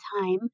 time